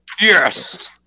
Yes